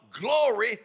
glory